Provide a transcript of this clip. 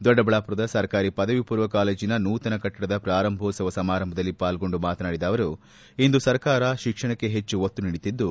ದೊಡ್ಡಬಳ್ಳಾಪುರದ ಸರ್ಕಾರಿ ಪದವಿ ಪೂರ್ವ ಕಾಲೇಜಿನ ನೂತನ ಕಟ್ಟಡದ ಪ್ರಾರಂಭೋತ್ಸವ ಸಮಾರಂಭದಲ್ಲಿ ಪಾಲ್ಗೊಂಡು ಮಾತನಾಡಿದ ಅವರು ಇಂದು ಸರ್ಕಾರ ಶಿಕ್ಷಣಕ್ಕೆ ಹೆಚ್ಚು ಒತ್ತು ನೀಡುತ್ತಿದ್ದು